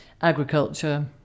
agriculture